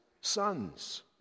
sons